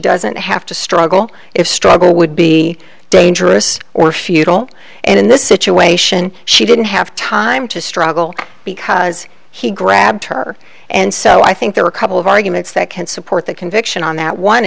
doesn't have to struggle if struggle would be dangerous or futile and in this situation she didn't have time to struggle because he grabbed her and so i think there are a couple of arguments that can support the conviction on that one